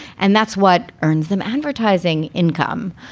and that's what earns them advertising income.